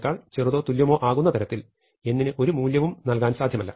n2 ആകുന്നതരത്തിൽ n ന് ഒരു മൂല്യവും നൽകാൻ സാധ്യമല്ല